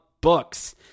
books